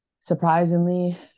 surprisingly